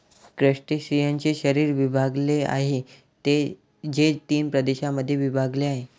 क्रस्टेशियन्सचे शरीर विभागलेले आहे, जे तीन प्रदेशांमध्ये विभागलेले आहे